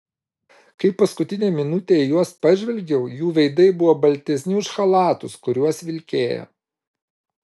kai paskutinę minutę į juos pažvelgiau jų veidai buvo baltesni už chalatus kuriuos vilkėjo